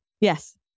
Yes